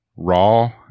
raw